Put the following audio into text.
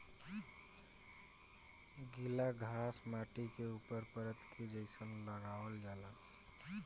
गिला घास माटी के ऊपर परत के जइसन लगावल जाला